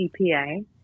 EPA